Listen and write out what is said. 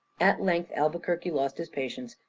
at length albuquerque lost his patience,